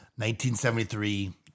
1973